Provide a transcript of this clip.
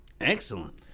Excellent